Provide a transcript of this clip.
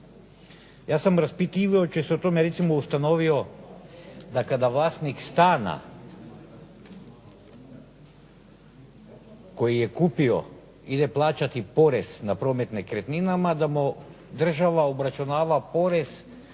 Ja sam raspitivajući se o tome recimo ustanovio da kada vlasnik stana koji je kupio ide plaćati porez na promet nekretninama, da mu država obračunava porez